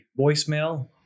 voicemail